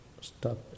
stop